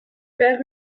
père